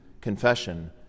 confession